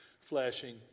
flashing